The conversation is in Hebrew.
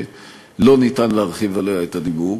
שלא ניתן להרחיב עליה את הדיבור.